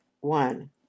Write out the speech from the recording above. one